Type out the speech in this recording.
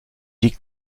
die